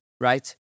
Right